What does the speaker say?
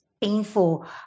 painful